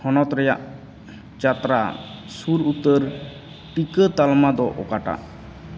ᱦᱚᱱᱚᱛ ᱨᱮᱭᱟᱜ ᱪᱟᱛᱨᱟ ᱥᱩᱨ ᱩᱛᱟᱹᱨ ᱴᱤᱠᱟᱹ ᱛᱟᱞᱢᱟ ᱫᱚ ᱚᱠᱟᱴᱟᱜ